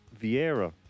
Vieira